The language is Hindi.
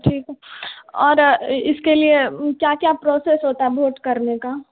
ठीक है और इसके लिए क्या क्या प्रोसेस होता है भोट करने का